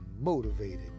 motivated